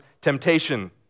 temptation